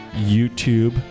youtube